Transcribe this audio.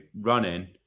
running